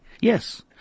Yes